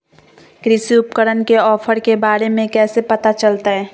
कृषि उपकरण के ऑफर के बारे में कैसे पता चलतय?